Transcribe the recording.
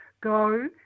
go